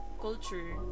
culture